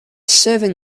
serving